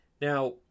Now